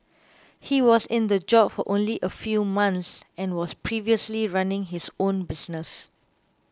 he was in the job for only a few months and was previously running his own business